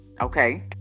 okay